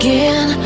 Again